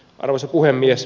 arvoisa puhemies